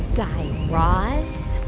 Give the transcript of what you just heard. guy raz,